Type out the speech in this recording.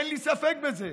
אין לי ספק בזה.